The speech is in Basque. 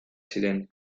ziren